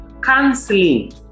Counseling